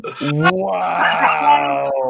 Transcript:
Wow